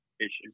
issues